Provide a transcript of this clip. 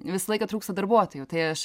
visą laiką trūksta darbuotojų tai aš